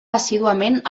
assíduament